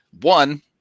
one